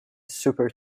super